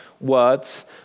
words